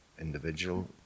individual